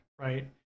right